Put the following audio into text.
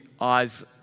eyes